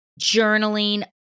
journaling